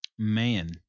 man